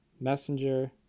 messenger